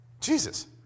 Jesus